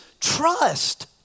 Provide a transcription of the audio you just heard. trust